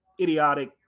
idiotic